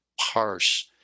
parse